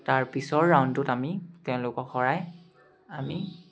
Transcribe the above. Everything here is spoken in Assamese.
তাৰ পিছৰ ৰাউণ্ডটোত আমি তেওঁলোকক হৰাই আমি